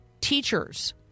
teachers